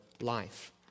life